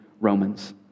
Romans